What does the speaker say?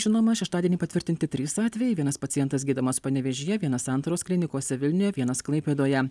žinoma šeštadienį patvirtinti trys atvejai vienas pacientas gydomas panevėžyje vienas santaros klinikose vilniuje vienas klaipėdoje